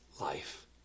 life